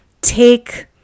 take